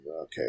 okay